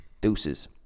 deuces